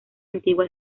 antigua